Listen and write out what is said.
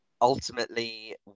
ultimately